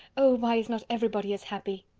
oh! why is not everybody as happy?